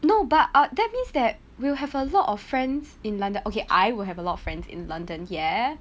no but uh that means that we'll have a lot of friends in london okay I will have a lot of friends in london ya